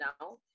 now